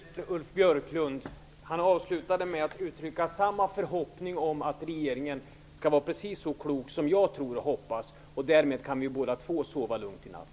Fru talman! Se där, Ulf Björklund! Han avslutade med att uttrycka samma förhoppning om att regeringen skall vara precis så klok som jag tror och hoppas. Därmed kan vi båda två sova lugnt i natt.